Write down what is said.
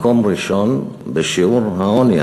מקום ראשון בשיעור העוני,